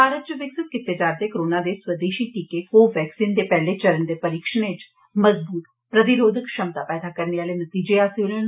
भारत च विकसित कीते जा रदे कोरोना दे स्वेदशी टीके कोवैक्सीन दे पैहले चरण दे परीक्षणें च मजबूत प्रतिरोधक क्षमता पैदा करने आहले नतीजे हासल होए न